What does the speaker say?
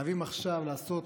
חייבים עכשיו לעשות,